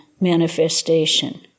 manifestation